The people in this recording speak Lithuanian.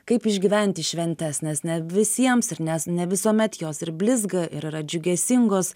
kaip išgyventi šventes nes ne visiems ir nes ne visuomet jos ir blizga ir yra džiugesingos